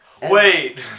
Wait